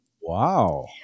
Wow